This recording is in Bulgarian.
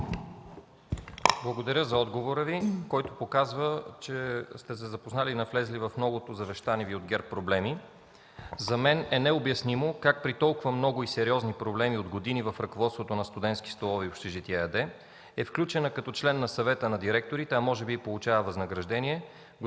Благодаря за отговора Ви, който показва, че сте се запознали и навлезли в многото завещани Ви от ГЕРБ проблеми. За мен е необяснимо как при толкова много и сериозни проблеми от години в ръководството на „Студентски столове и общежития” ЕАД е включена като член на съвета на директорите, а може би и получава възнаграждение